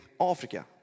Africa